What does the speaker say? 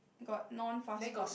got non fast food